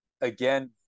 Again